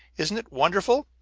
isn't it wonderful!